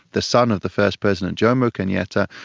the son of the first president, jomo kenyatta,